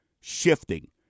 shifting